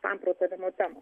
samprotavimo temą